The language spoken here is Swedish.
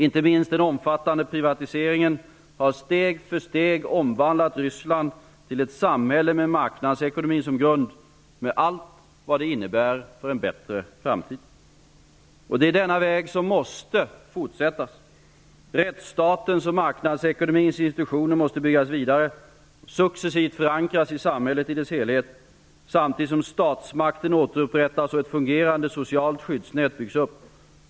Inte minst den omfattande privatiseringen har steg för steg omvandlat Ryssland till ett samhälle med marknadsekonomin som grund -- med allt vad detta innebär av bättre möjligheter för framtiden. Denna väg måste fortsättas. Rättsstatens och marknadsekonomins institutioner måste byggas vidare och successivt förankras i samhället i dess helhet, samtidigt som statsmakten återupprättas och ett fungerande socialt skyddsnät byggs upp.